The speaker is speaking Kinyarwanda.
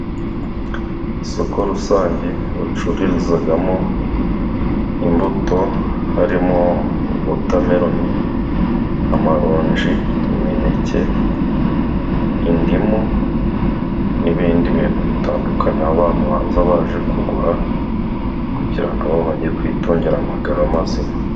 Isoko rusange bacururizamo imbuto, harimo wotameloni, amaronji, imineke, indimu, n'ibindi bintu bitandukanye, aho abantu baza baje kugura, kugira ngo bajye kwitungira amagara mazima.